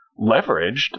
leveraged